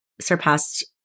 surpassed